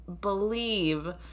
believe